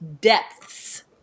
depths